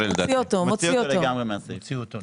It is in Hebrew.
מוציא אותו לגמרי מהסעיף.